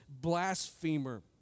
blasphemer